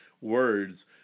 words